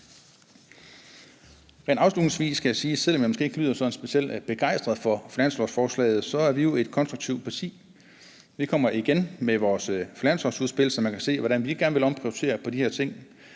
Afslutningsvis skal jeg sige, at selv om jeg ikke lyder sådan specielt begejstret for finanslovsforslaget, så er vi jo et konstruktivt parti. Vi kommer igen med vores finanslovsudspil, så man kan se, hvordan vi gerne vil omprioritere de her ting;